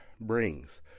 brings